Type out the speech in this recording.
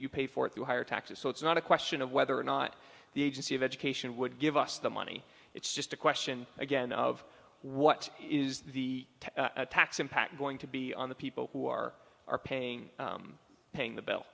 pay for it through higher taxes so it's not a question of whether or not the agency of education would give us the money it's just a question again of what is the tax impact going to be on the people who are are paying paying the bill